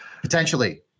potentially